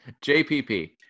JPP